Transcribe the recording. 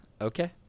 Okay